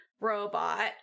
robot